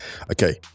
Okay